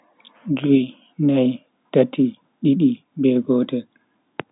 Jui, nai, tati, didi, be gotel.